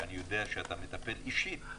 שאני יודע שאתה מטפל אישית,